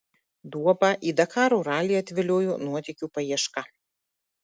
duobą į dakaro ralį atviliojo nuotykių paieška